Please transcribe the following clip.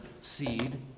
seed